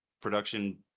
production